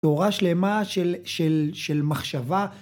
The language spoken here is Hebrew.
תורה שלמה של מחשבה